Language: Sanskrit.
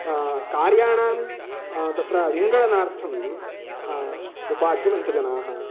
कार्याणां तत्र विङ्गडनार्थं उपाधिवन्तजनाः